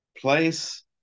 place